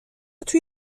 توی